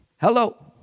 Hello